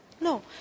No